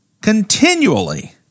continually